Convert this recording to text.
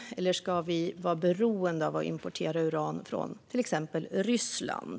Eller ska vi vara beroende av att importera uran från till exempel Ryssland?